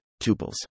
tuples